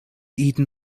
eaten